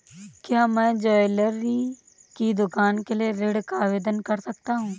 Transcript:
क्या मैं ज्वैलरी की दुकान के लिए ऋण का आवेदन कर सकता हूँ?